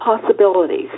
possibilities